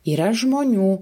yra žmonių